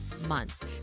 months